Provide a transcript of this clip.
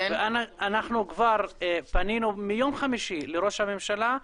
אנחנו כבר פנינו מיום חמישי לראש הממשלה,